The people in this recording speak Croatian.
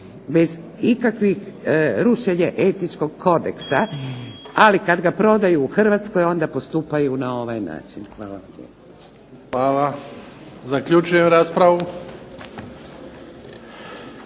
bez ikakvih rušenja etičkog kodeksa. Ali kada ga prodaju u Hrvatskoj onda postupaju na ovaj način. Hvala vam lijepo.